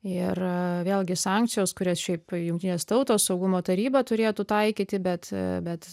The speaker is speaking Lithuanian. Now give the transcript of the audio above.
ir vėlgi sankcijos kurias šiaip jungtinės tautos saugumo taryba turėtų taikyti bet bet